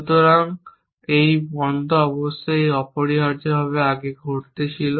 সুতরাং এই বন্ধ অবশ্যই এই অপরিহার্যভাবে আগে ঘটতে ছিল